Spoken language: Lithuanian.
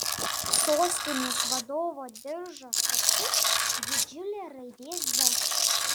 sostinės vadovo diržo sagtis didžiulė raidė z